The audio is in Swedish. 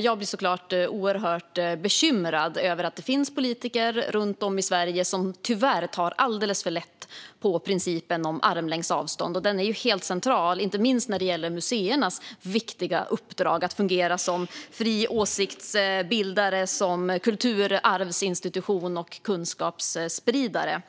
Jag blir såklart oerhört bekymrad över att det finns politiker runt om i Sverige som tyvärr tar alldeles för lätt på principen om armlängds avstånd. Denna princip är helt central, inte minst när det gäller museernas viktiga uppdrag att fungera som fria åsiktsbildare, kulturarvsinstitutioner och kunskapsspridare.